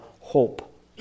hope